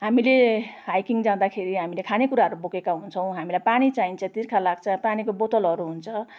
हामीले हाइकिङ जाँदाखेरि हामीले खानेकुराहरू बोकेका हुन्छौँ हामीलाई पानी चाहिन्छ तिर्खा लाग्छ पानीको बोतलहरू हुन्छ